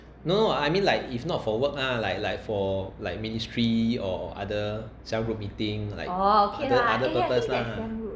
no I mean like if not for work lah like like for like ministry or other cell group meeting like other other purpose lah